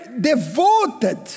devoted